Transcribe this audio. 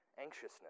anxiousness